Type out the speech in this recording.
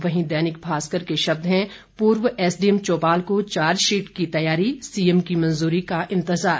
वहीं दैनिक भास्कर के शब्द हैं पूर्व एसडीएम चौपाल को चार्जशीट की तैयारी सीएम की मंजूरी का इंतजार